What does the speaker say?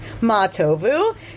Matovu